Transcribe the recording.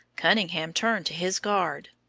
cunningham turned to his guard.